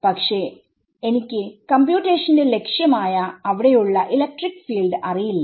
പക്ഷെ എനിക്ക് കമ്പ്യൂട്ടേഷന്റെ ലക്ഷ്യം ആയ അവിടെയുള്ള ഇലക്ട്രിക് ഫീൽഡ് അറിയില്ല